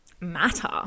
matter